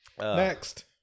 Next